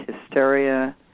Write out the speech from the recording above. hysteria